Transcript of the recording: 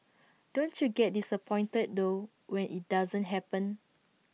don't you get disappointed though when IT doesn't happen